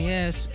Yes